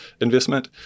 investment